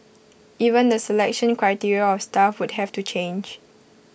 even the selection criteria of staff would have to change